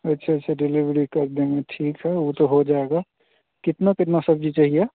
अच्छा से डिलेवरी कर देंगे ठीक है ऊ तो हो जाएगा कितनी कितनी सब्ज़ी चाहिए